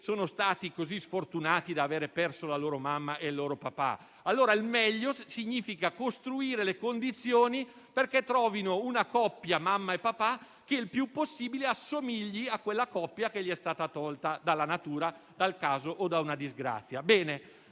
sono stati così sfortunati da avere perso la loro mamma e il loro papà. Il meglio significa costruire le condizioni perché trovino una coppia, mamma e papà, che il più possibile assomigli alla coppia che è stata tolta loro dalla natura, dal caso o da una disgrazia.